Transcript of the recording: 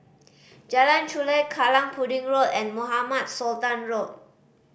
Jalan Chulek Kallang Pudding Road and Mohamed Sultan Road